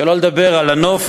שלא לדבר על הנוף,